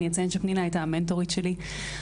אני אציין שפנינה הייתה המנטורית שלי בעבר,